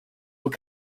were